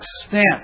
extent